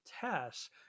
tests